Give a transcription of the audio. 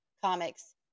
comics